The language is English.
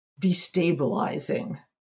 destabilizing